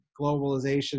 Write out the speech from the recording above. globalization